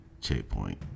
checkpoint